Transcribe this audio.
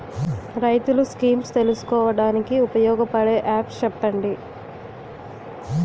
రైతులు స్కీమ్స్ తెలుసుకోవడానికి ఉపయోగపడే యాప్స్ చెప్పండి?